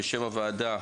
בשם הוועדה,